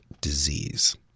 disease